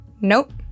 Nope